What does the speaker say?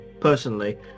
personally